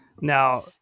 Now